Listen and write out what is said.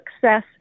success